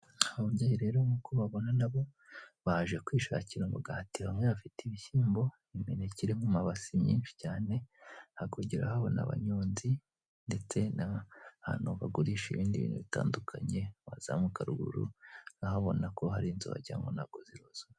Aba babyeyi rero nkuko ubabona nabo baje kwishakira umugati. Bamwe bafite ibishyimbo, imineke iri mumabase myinshi cyane, hakurya urahabona abanyonzi, ndetse n'ahantu bagurisha ibindi ibintu bitandukanye, wazamuka ruguru urahabona ko hari inzu wagira ngo ntago zirozwe.